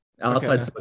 outside